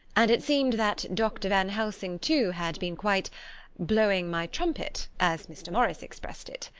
and it seemed that dr. van helsing, too, has been quite blowing my trumpet, as mr. morris expressed it.